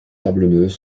sablonneuses